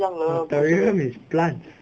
the terrarium is glass